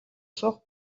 суух